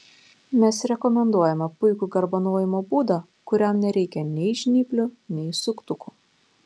mes rekomenduojame puikų garbanojimo būdą kuriam nereikia nei žnyplių nei suktukų